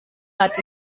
hat